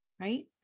right